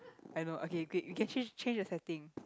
I know okay great you can change change the setting